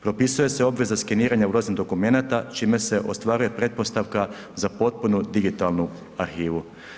Propisuje se obveza skeniranja ulaznih dokumenata, čime se ostvaruje pretpostavka za potpunu digitalnu arhivu.